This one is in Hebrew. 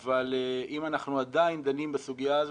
אבל אם אנחנו עדיין דנים בסוגיה הזו,